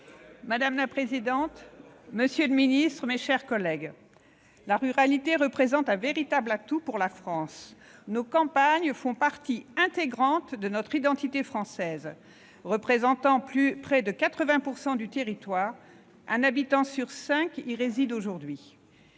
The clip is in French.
vais m'y efforcer ... Monsieur le ministre, mes chers collègues, la ruralité est un véritable atout pour la France. En effet, nos campagnes font partie intégrante de notre identité française : elles représentent près de 80 % du territoire, et un habitant sur cinq y réside aujourd'hui.